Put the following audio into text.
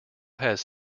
has